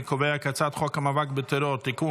אני קובע כי הצעת חוק המאבק בטרור (תיקון,